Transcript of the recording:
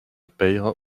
peyre